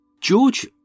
George